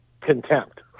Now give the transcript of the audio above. contempt